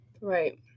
Right